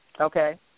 Okay